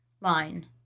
line